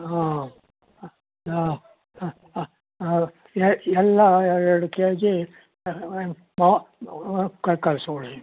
ಹಾಂ ಹಾಂ ಎಲ್ಲಾ ಎರಡು ಎರಡು ಕೆಜಿ ಮಾವು ಕಳ್ಸಿ ಕೊಡಿ